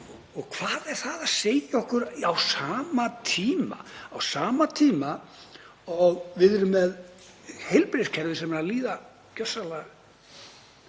Hvað segir það okkur á sama tíma og við erum með heilbrigðiskerfi sem er að líða gjörsamlega